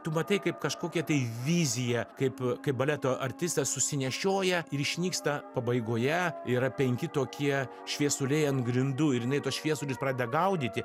tu matai kaip kažkokią tai viziją kaip kaip baleto artistas susinešioja ir išnyksta pabaigoje yra penki tokie šviesuliai ant grindų ir jinai tuos šviesulius pradeda gaudyti